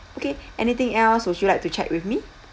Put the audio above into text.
okay anything else would you like to check with me